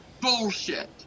bullshit